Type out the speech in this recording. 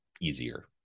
easier